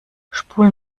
spul